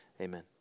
Amen